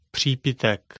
Přípitek